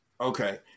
Okay